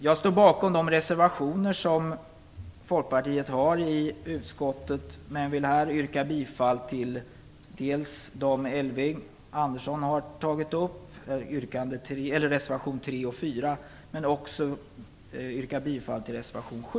Jag står bakom de reservationer som Folkpartiet har avgivit i utskottet men vill här yrka bifall dels till dem som Elving Andersson har yrkat bifall till, reservation 3 och 4, dels till reservation 7.